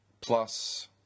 Plus